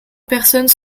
personnes